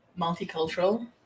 multicultural